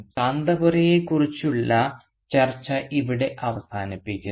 കാന്തപുരയെക്കുറിച്ചുള്ള ചർച്ച ഇവിടെ അവസാനിപ്പിക്കുന്നു